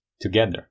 together